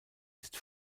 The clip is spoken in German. ist